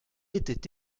était